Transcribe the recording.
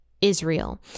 Israel